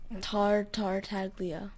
Tar-Tar-Taglia